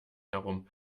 herum